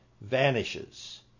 vanishes